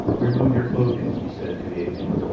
remove your clothing, he said to the ape-man.